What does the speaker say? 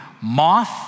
Moth